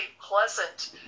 pleasant